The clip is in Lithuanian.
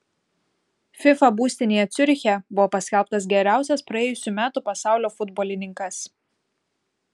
fifa būstinėje ciuriche buvo paskelbtas geriausias praėjusių metų pasaulio futbolininkas